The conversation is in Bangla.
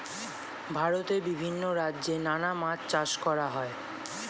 ভারতে বিভিন্ন রাজ্যে নানা মাছ চাষ করা হয়